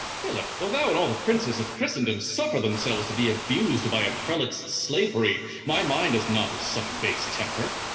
philip, though thou and all the princes of christendom suffer themselves to be abused by a prelate's slavery my mind is not such base temper.